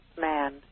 man